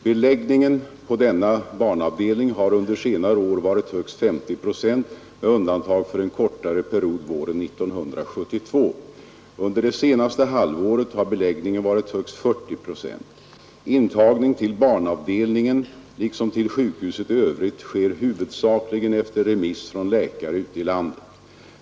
Beläggningen på denna barnavdelning har under senare år varit högst 50 procent med undantag för en kortare period våren 1972. Under det senaste halvåret har beläggningen varit högst 40 procent. Intagning till barnavdelningen liksom till sjukhuset i övrigt sker huvudsakligen efter remiss från läkare ute i landet.